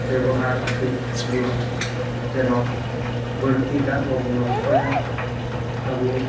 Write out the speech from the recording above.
ᱵᱮᱵᱚᱦᱟᱨ ᱴᱷᱤᱠᱵᱚᱱ ᱡᱮᱱᱚ ᱵᱟᱹᱲᱛᱤ ᱫᱟᱜ ᱵᱟᱵᱚᱱ ᱱᱚᱥᱴᱚᱭᱟ ᱟᱵᱚ